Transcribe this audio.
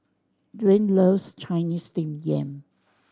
Dwaine loves Chinese Steamed Yam